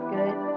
Good